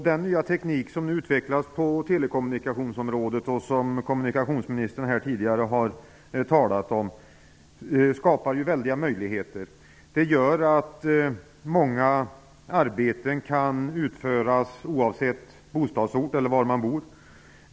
Den nya teknik som har utvecklats på telekommunikationsområdet och som kommunikationsministern här tidigare har talat om skapar väldiga möjligheter. Många arbeten kan utföras oavsett var man bor.